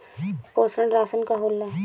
पोषण राशन का होला?